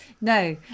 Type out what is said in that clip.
No